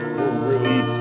release